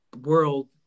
world